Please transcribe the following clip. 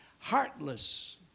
Heartless